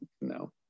no